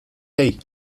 hey